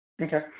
Okay